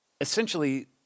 Essentially